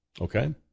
okay